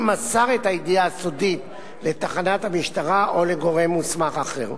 אם מסר את הידיעה הסודית לתחנת המשטרה או לגורם מוסמך אחר.